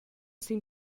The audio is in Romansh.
sin